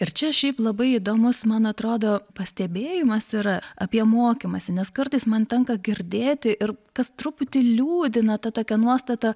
ir čia šiaip labai įdomus man atrodo pastebėjimas yra apie mokymąsi nes kartais man tenka girdėti ir kas truputį liūdina ta tokia nuostata